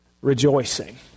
rejoicing